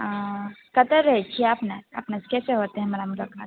हँ कतऽ रहै छियै अपने अपने से कतऽ हेतै हमरा मुलाकात